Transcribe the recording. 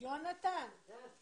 רבה לכולכם שאתם פה איתנו.